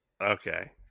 Okay